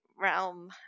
realm